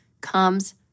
comes